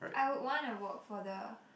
I would wanna work for the